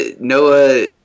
Noah